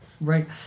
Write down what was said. right